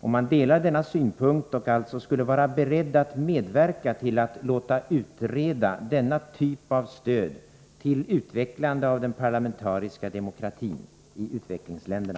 om han delar denna synpunkt och alltså skulle vara beredd att medverka till att låta utreda denna typ av stöd till utvecklande av den parlamentariska demokratin i utvecklingsländerna.